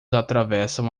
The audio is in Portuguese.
atravessam